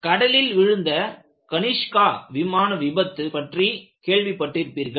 கடலில் விழுந்த கனிஷ்கா விமான விபத்து பற்றி கேள்விப்பட்டிருப்பீர்கள்